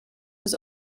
was